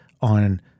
on